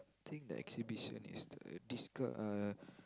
think the exhibition is the disco~ uh